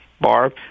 Barb